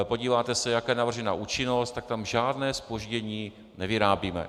Podíváte se, jaká je navržena účinnost, tak tam žádné zpoždění nevyrábíme.